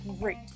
great